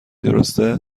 درسته